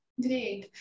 Great